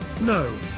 No